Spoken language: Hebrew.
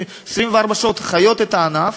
24 שעות חיות את הענף.